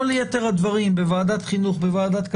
כל יתר הדברים, בוועדת חינוך, בוועדת כלכלה,